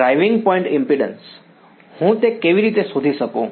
driving point impedance હું તે કેવી રીતે શોધી શકું